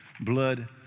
blood